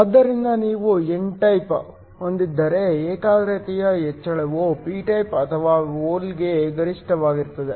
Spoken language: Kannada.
ಆದ್ದರಿಂದ ನೀವು ಎನ್ ಟೈಪ್ ಹೊಂದಿದ್ದರೆ ಏಕಾಗ್ರತೆಯ ಹೆಚ್ಚಳವು ಪಿ ಟೈಪ್ ಅಥವಾ ಹೋಲ್ಗೆ ಗರಿಷ್ಠವಾಗಿರುತ್ತದೆ